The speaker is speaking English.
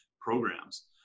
programs